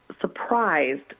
surprised